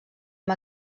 amb